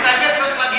את האמת צריך להגיד.